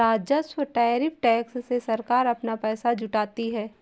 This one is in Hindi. राजस्व टैरिफ टैक्स से सरकार अपना पैसा जुटाती है